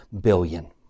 billion